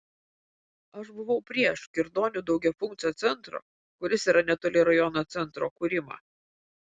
aš buvau prieš kirdonių daugiafunkcio centro kuris yra netoli rajono centro kūrimą